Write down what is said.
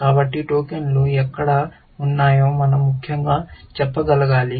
కాబట్టి టోకెన్లు ఎక్కడ కూర్చున్నాయో మనం ముఖ్యంగా చెప్పగలగాలి